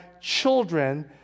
children